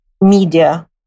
media